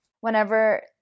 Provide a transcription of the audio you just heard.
whenever